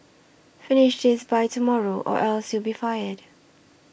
finish this by tomorrow or else you'll be fired